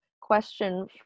question